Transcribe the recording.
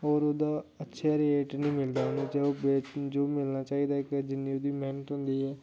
होर ओह्दा अच्छा रेट निं मिलदा उ'नें ते जो बी मिलना चाहिदा जि'न्नी उं'दी मैह्नत हुंदी ऐ